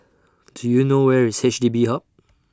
Do YOU know Where IS H D B Hub